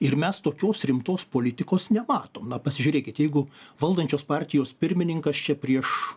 ir mes tokios rimtos politikos nematom na pasižiūrėkit jeigu valdančios partijos pirmininkas čia prieš